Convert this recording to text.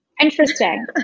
interesting